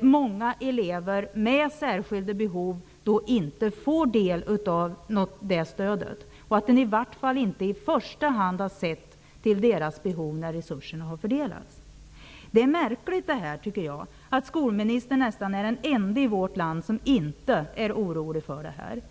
många elever med särskilda behov då inte får del av det stödet, i vart fall att kommunerna inte i första hand har sett till deras behov när resurserna har fördelats. Det är märkligt, tycker jag, att skolministern nästan är den enda i vårt land som inte är orolig för det här.